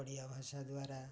ଓଡ଼ିଆ ଭାଷା ଦ୍ୱାରା